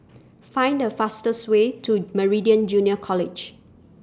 Find The fastest Way to Meridian Junior College